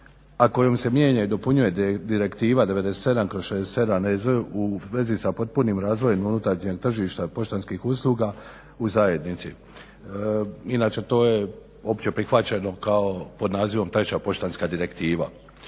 a kojom se mijenja i dopunjuje Direktiva 97/67 EZ u vezi s potpunim razvojem unutarnjeg tržišta poštanskih usluga u zajednici. Inače to je opće prihvaćeno kao pod nazivom Treća poštanska direktiva.